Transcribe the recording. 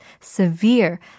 severe